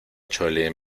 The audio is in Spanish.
chole